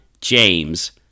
James